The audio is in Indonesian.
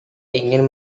ingin